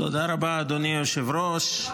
תודה רבה, אדוני היושב-ראש.